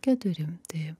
keturi taip